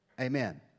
Amen